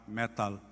metal